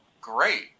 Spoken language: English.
great